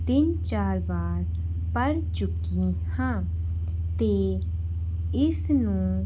ਤਿੰਨ ਚਾਰ ਵਾਰ ਪੜ੍ਹ ਚੁੱਕੀ ਹਾਂ ਅਤੇ ਇਸ ਨੂੰ